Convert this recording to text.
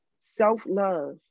self-love